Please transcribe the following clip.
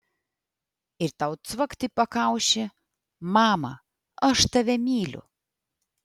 ir tau cvakt į pakaušį mama aš tave myliu